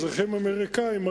כאזרחים אמריקנים,